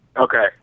Okay